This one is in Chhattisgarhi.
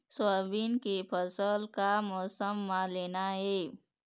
सोयाबीन के फसल का मौसम म लेना ये?